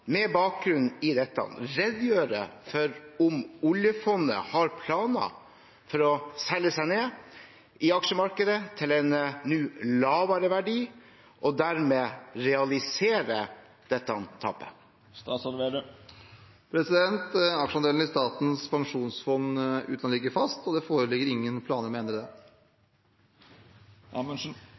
med bakgrunn i dette redegjøre for om oljefondet har planer om å selge seg ned i aksjemarkedet til en nå lavere verdi og derved realisere tapet?» Aksjeandelen i Statens pensjonsfond utland ligger fast, og det foreligger ingen planer om å endre denne. Det